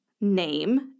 name